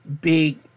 big